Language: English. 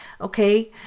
okay